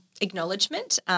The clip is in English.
acknowledgement